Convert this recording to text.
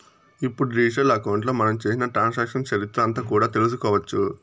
ఇప్పుడు డిజిటల్ అకౌంట్లో మనం చేసిన ట్రాన్సాక్షన్స్ చరిత్ర అంతా కూడా తెలుసుకోవచ్చు